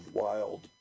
wild